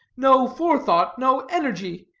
no forethought, no energy,